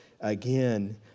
again